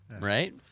right